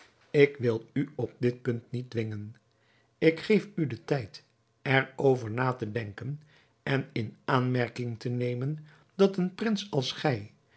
ik wil u op dit punt niet dwingen ik geef u den tijd er over na te denken en in aanmerking te nemen dat een prins als gij